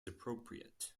appropriate